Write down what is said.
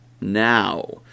now